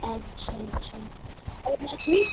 अच्छा अच्छा और मौसमी